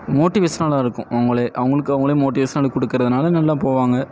மோட்டிவேஷ்னலா இருக்கும் அவங்களே அவங்களுக்கு அவங்களே மோட்டிவேஷ்னல் கொடுக்கறதுனால நல்லா போவாங்க